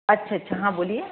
अच्छा अच्छा हाँ बलिए